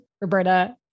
Roberta